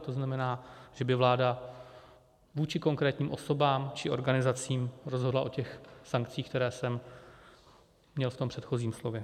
To znamená, že by vláda vůči konkrétním osobám či organizacím rozhodla o těch sankcích, které jsem měl v tom předchozím slově.